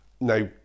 Now